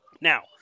Now